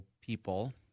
people